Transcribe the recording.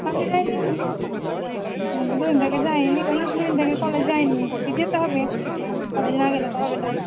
কালকে যাই নি আমি অনেক দিন থেকে যাই নি অনেক দিন থেকে কলেজ যাই নি দেখি যেতে হবে কলেজ না গেলে তো হবে না